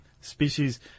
Species